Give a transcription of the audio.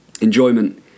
enjoyment